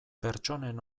pertsonen